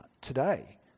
today